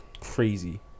crazy